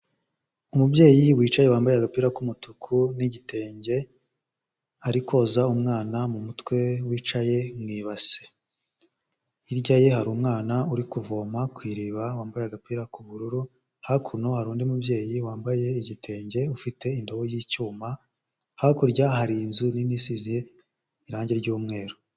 Umubyeyi wicaye wambaye agapira k'umutuku n'igitenge ari koza umwana mu mutwe wicaye mu ibase, hirya ye hari umwana uri kuvoma ku iriba wambaye agapira k'ubururu, hakuno hari undi mubyeyi wambaye igitenge ufite indobo y'icyuma, hakurya hari inzu nini isize irangi ry'umweru.